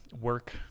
work